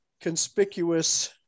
conspicuous